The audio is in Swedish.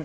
beröm.